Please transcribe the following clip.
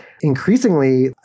increasingly